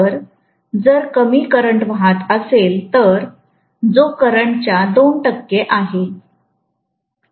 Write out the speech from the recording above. तर जर कमी करंट वाहत असेल तर जो करंटच्या 2 टक्के आहे